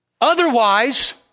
Otherwise